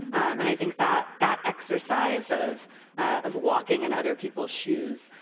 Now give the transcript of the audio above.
and i think that that exercise of of walking in other people's shoes,